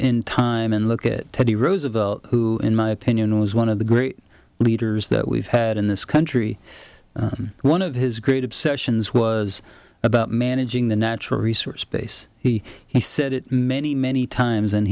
in time and look at teddy roosevelt who in my opinion was one of the great leaders that we've had in this country one of his great obsessions was about managing the natural resource base he he said it many many times and